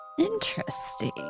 Interesting